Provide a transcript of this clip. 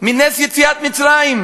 מנס יציאת מצרים.